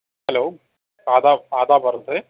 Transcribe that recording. hello آداب آداب عرض ہے